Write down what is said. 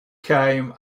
came